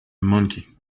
monkey